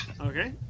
Okay